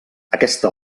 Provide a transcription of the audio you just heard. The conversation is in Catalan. aquesta